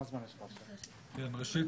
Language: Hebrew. ראשית,